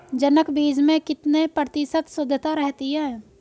जनक बीज में कितने प्रतिशत शुद्धता रहती है?